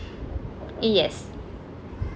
yes